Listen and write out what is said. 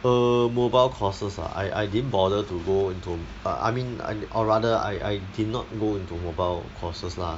err mobile courses ah I I didn't bother to go into a I mean I or rather I I did not go into mobile courses lah